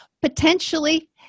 potentially